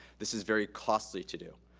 this is very costly to do,